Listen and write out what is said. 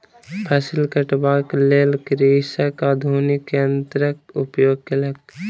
फसिल कटबाक लेल कृषक आधुनिक यन्त्रक उपयोग केलक